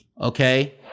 Okay